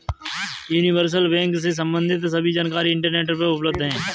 universal bank से सम्बंधित सभी जानकारी इंटरनेट पर उपलब्ध है